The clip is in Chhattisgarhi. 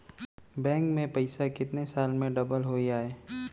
बैंक में पइसा कितने साल में डबल होही आय?